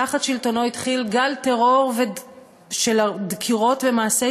תחת שלטונו התחיל גל טרור של דקירות ומעשי